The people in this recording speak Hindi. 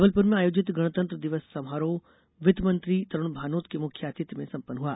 जबलपुर में आयोजित गणतंत्र दिवस समारोह वित्त मंत्री तरूण भानोत के मुख्य आतिथ्य में संपन्न हुआ